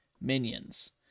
minions